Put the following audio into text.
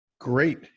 great